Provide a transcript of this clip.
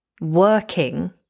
working